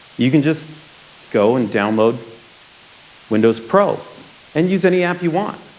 you can just go and download windows pro and use any app you want.